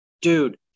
Dude